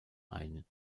ein